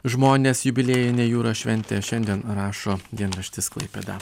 žmones jubiliejinė jūros šventė šiandien rašo dienraštis klaipėda